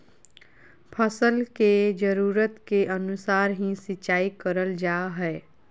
फसल के जरुरत के अनुसार ही सिंचाई करल जा हय